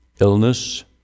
Illness